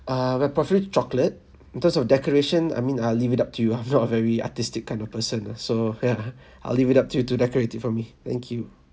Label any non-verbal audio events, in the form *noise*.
err we prefer chocolate in terms of decoration I mean I'll leave it up to you I'm not *laughs* a very artistic kind of person ah so ya *laughs* I'll leave it up to you to decorate it for me thank you